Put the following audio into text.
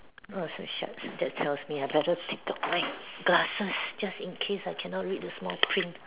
oh so shucks that tells me I better take the white glasses just in case I cannot read the small print